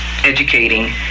educating